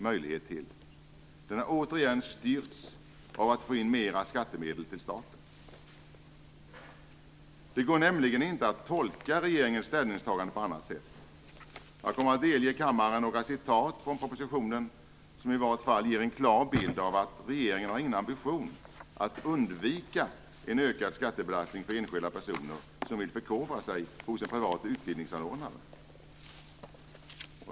Man har återigen styrts av att få in mera skattemedel till staten. Det går nämligen inte att tolka regeringens ställningstagande på annat sätt. Jag kommer att delge kammaren några citat från propositionen som i vart fall ger en klar bild av att regeringen inte har någon ambition att undvika en ökad skattebelastning för enskilda personer som vill förkovra sig hos en privat utbildningsanordnare.